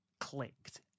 clicked